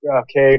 Okay